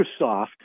Microsoft